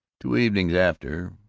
two evenings after,